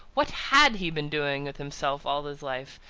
what had he been doing with himself all his life,